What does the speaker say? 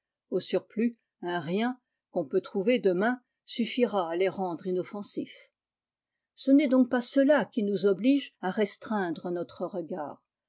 au surplus un rien qu'on peut troi ver demain suffira à les rendre înoffensifs ce n'est donc pas cela qui nous oblige à restreindre notre regard